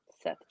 Seth